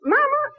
Mama